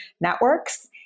networks